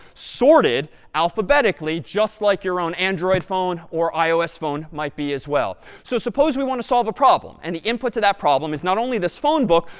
sorted alphabetically just like your own android phone or ios phone might be as well. so suppose we want to solve a problem. and the input to that problem is not only this phone book,